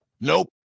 Nope